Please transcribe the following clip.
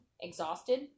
exhausted